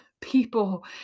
people